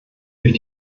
durch